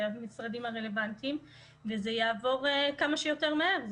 משרדים הרלוונטיים וזה יעבור כמה שיותר מהר.